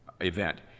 event